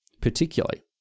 particularly